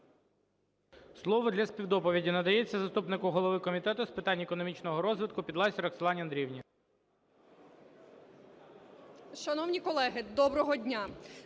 Слово для співдоповіді надається заступнику голови Комітету з питань економічного розвитку Підласій Роксолані Андріївні.